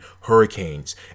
hurricanes